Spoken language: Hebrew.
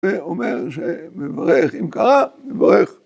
זה אומר שמברך אם קרה, מברך.